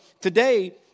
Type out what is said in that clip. today